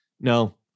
no